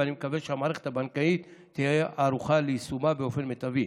ואני מקווה שהמערכת הבנקאית תהיה ערוכה ליישומה באופן המיטבי.